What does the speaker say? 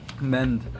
mend